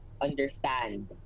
understand